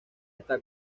está